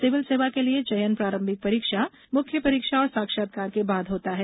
civil सेवा के लिए चयन प्रारंभिक परीक्षा मुख्यी परीक्षा और साक्षात्कार के बाद होता है